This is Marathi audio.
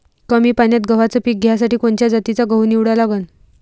कमी पान्यात गव्हाचं पीक घ्यासाठी कोनच्या जातीचा गहू निवडा लागन?